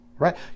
right